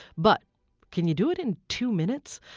but can you do it in two minutes?